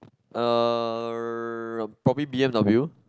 er probably B_M_W